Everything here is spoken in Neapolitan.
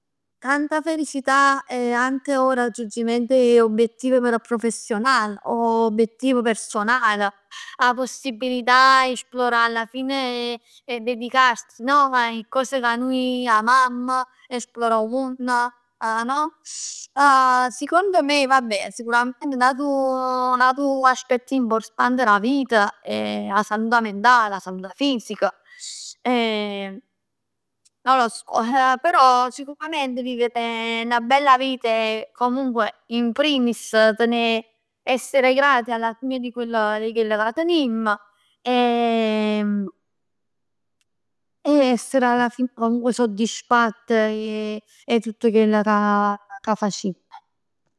Tanta felicità e anche 'o raggiungimento e obiettivi professionali, obiettivi personal, 'a possibilità 'e esplorà alla fine e dedicarsi no? 'E cos ca nuje amamm, esplorà 'o munn. Sicond me, vabbè sicurament n'atu, n'atu aspetto importante da vita è 'a salut mentale, 'a salut fisica. Non lo so, però sicurament vivere 'na bella vita è comunque in primis a tenè, essere grati alla fine di quello che tenimm e essere alla fine comunque soddisfatti 'e tutt chell ca facimm.